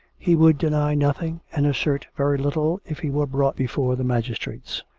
he would deny nothing and assert very little if he were brought before the magistrates.